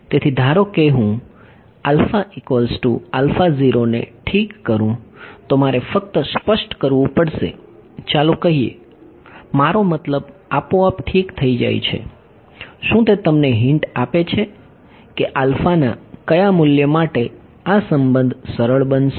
તેથી ધારો કે હું ને ઠીક કરું તો મારે ફક્ત સ્પષ્ટ કરવું પડશે ચાલો કહીએ મારો મતલબ આપોઆપ ઠીક થઈ જાય છે શું તે તમને હિંટ આપે છે કે આલ્ફાના કયા મૂલ્ય માટે આ સંબંધ સરળ બનશે આપણે શું જોઈએ છે